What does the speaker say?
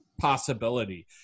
possibility